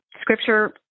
scripture